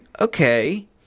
okay